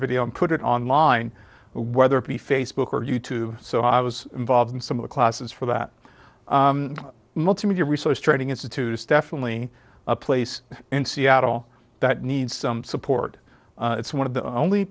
video and put it online whether it be facebook or you tube so i was involved in some of the classes for that multimedia resource training institute is definitely a place in seattle that needs some support it's one of the only